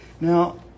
Now